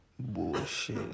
Bullshit